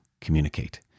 communicate